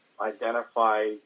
identify